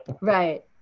Right